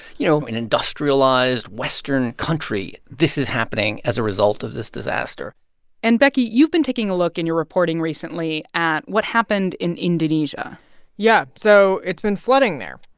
you know, an industrialized western country. this is happening as a result of this disaster and, becky, you've been taking a look in your reporting recently at what happened in indonesia yeah. so it's been flooding there.